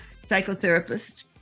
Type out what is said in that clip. psychotherapist